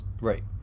right